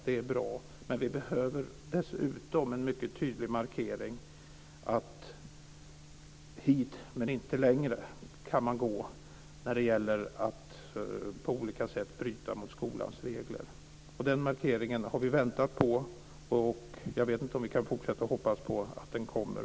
Det är bra, men vi behöver dessutom en mycket tydlig markering: Hit, men inte längre kan man gå när det gäller att på olika sätt bryta mot skolans regler. Den markeringen har vi väntat på. Jag vet inte om vi kan fortsätta att hoppas på att den kommer.